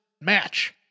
match